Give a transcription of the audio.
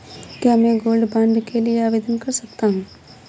क्या मैं gold bond के लिए आवेदन कर सकता हूं?